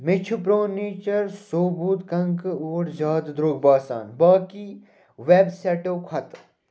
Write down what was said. مےٚ چھُ پرٛو نیچر ثوٚبوٗت کَنٛکہٕ اوٹ زیٛادٕ درٛۅگ باسان باقٕے ویب سایٹَو کھۄتہٕ